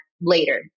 later